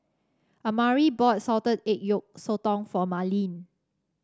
amari bought Salted Egg Yolk Sotong for Marleen